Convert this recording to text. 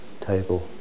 table